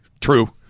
True